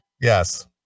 Yes